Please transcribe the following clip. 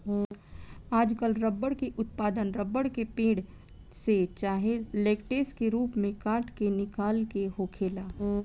आजकल रबर के उत्पादन रबर के पेड़, से चाहे लेटेक्स के रूप में काट के निकाल के होखेला